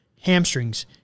hamstrings